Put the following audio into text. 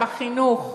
בחינוך,